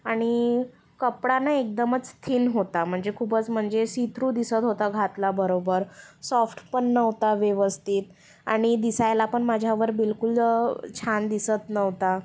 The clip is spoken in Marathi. आणि कपडा नं एकदमच थिन होता म्हणजे खूपच म्हणजे सी थ्रू दिसत होता घातल्याबरोबर सॉफ्टपण नव्हता व्यवस्थित आणि दिसायला पण माझ्यावर बिलकुल छान दिसत नव्हता